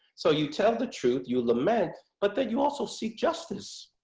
so you tell the truth, you lament, but then you also see justice.